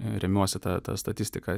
remiuosi ta ta statistika